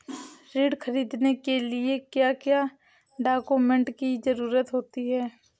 ऋण ख़रीदने के लिए क्या क्या डॉक्यूमेंट की ज़रुरत होती है?